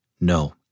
No